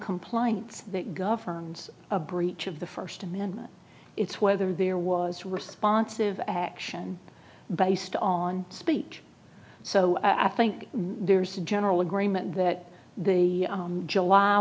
compliance that governs a breach of the first amendment it's whether there was responsive action based on speech so i think there's a general agreement that the july